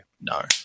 No